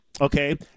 Okay